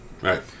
Right